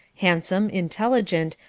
handsome, intelligent,